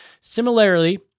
Similarly